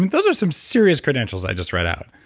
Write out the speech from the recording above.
those are some serious credentials i just read out.